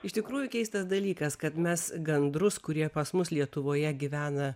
iš tikrųjų keistas dalykas kad mes gandrus kurie pas mus lietuvoje gyvena